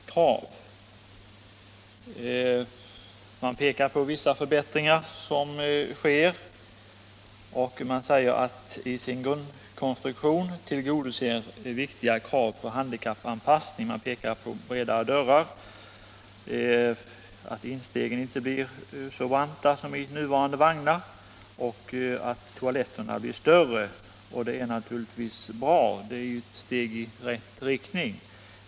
I svaret pekar man på vissa förbättringar som skall vidtagas. Statsrådet säger att vagnarna i sin grundkonstruktion tillgodoser viktiga krav på handikappanpassning. Man nämner t.ex. bredare dörrar, att instegen inte blir lika branta som i nuvarande vagnar och att toaletterna blir större. Detta är naturligtvis bra. Det är ett steg i rätt riktning.